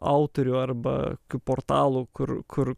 autorių arba portalų kur kur